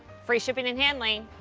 free shipping and handling.